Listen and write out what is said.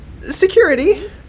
security